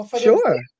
Sure